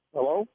Hello